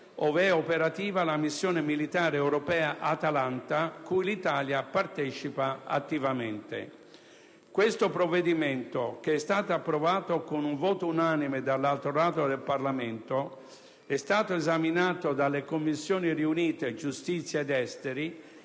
dove è operativa la missione militare europea Atalanta cui l'Italia partecipa attivamente. Questo provvedimento, che è stato approvato con voto unanime dall'altro ramo del Parlamento, è stato esaminato dalle Commissioni riunite giustizia ed esteri,